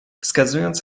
wskazując